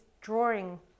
drawing